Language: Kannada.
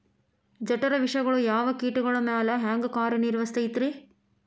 ಜಠರ ವಿಷಗಳು ಯಾವ ಕೇಟಗಳ ಮ್ಯಾಲೆ ಹ್ಯಾಂಗ ಕಾರ್ಯ ನಿರ್ವಹಿಸತೈತ್ರಿ?